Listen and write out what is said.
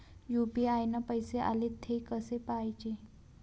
UPI न पैसे आले, थे कसे पाहाचे?